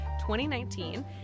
2019